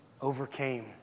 overcame